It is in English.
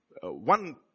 One